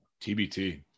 TBT